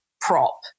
prop